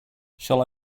shall